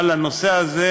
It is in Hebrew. אבל הנושא הזה,